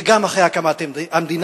וגם אחרי הקמת המדינה.